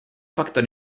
factor